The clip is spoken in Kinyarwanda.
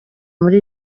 muri